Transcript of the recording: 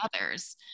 others